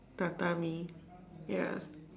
tatami ya